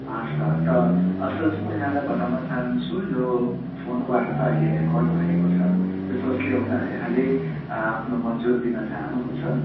हस् त त असलजी म यहाँलाई बताउन चाहन्छु यो फोनवार्ता अहिले रेकर्ड भएको छ यस उसलेहुँदा यहाँले आफ्नो मञ्जुर दिन चाहनुहुन्छ